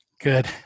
Good